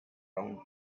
round